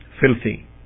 filthy